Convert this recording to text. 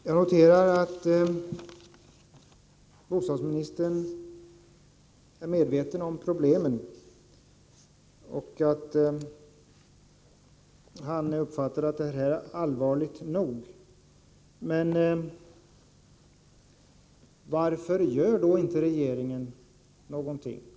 Herr talman! Jag noterar att bostadsministern är medveten om problemen och att han bedömer att det som skett är allvarligt nog. Men varför gör då inte regeringen någonting?